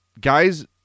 guys